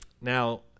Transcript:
Now